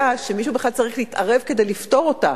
שמישהו בכלל צריך להתערב כדי לפתור אותה,